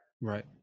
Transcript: Right